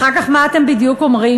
אחר כך מה אתם אומרים בדיוק?